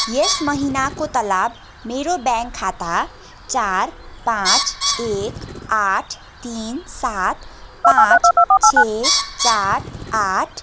यस महिनाको तलब मेरो ब्याङ्क खाता चार पाँच एक आठ तिन सात पाँच छ चार आठ